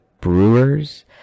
Brewers